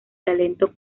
talento